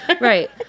Right